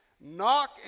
Knock